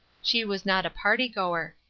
she was not a party goer.